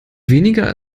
weniger